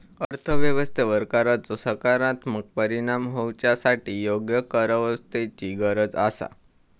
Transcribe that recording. अर्थ व्यवस्थेवर कराचो सकारात्मक परिणाम होवच्यासाठी योग्य करव्यवस्थेची गरज आसा